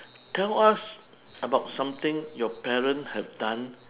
tell us about something your parent have done